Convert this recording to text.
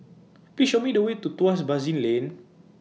Please Show Me The Way to Tuas Basin Lane